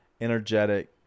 energetic